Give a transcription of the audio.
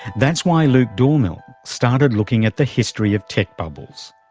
that's why luke dormehl started looking at the history of tech bubbles.